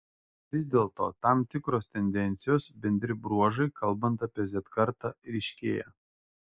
vis dėlto tam tikros tendencijos bendri bruožai kalbant apie z kartą ryškėja